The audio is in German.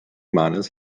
mannes